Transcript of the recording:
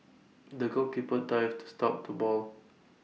the goalkeeper dived to stop the ball